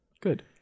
Good